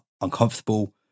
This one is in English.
uncomfortable